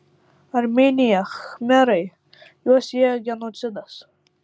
armėnija khmerai juos sieja genocidas